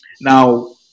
Now